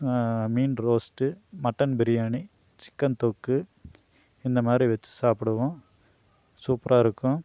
மீன் roast mutton biryani chicken தொக்கு இந்த மாதிரி வச்சி சாப்பிடுவோம் சூப்பராக இருக்கும்